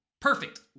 perfect